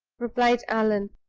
replied allan.